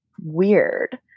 weird